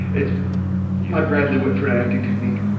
it's my bradley whitford acting technique.